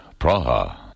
Praha